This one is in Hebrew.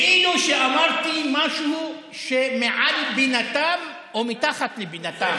כאילו שאמרתי משהו שמעל בינתם או מתחת לבינתם.